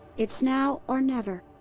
it's now or never.